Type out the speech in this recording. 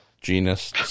genus